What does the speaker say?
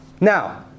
Now